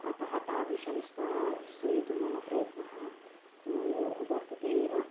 अतः तादृश निस्कासयितुं मम प्रयत्नः तु वर्तते एव